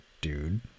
dude